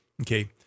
Okay